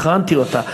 הכנתי אותה,